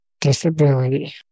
disability